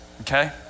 Okay